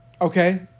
Okay